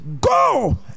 Go